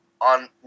on